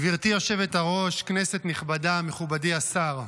גברתי היושבת-ראש, כנסת נכבדה, מכובדי השר,